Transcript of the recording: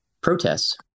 protests